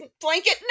blanket